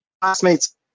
classmates